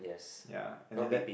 ya and then that